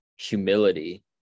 humility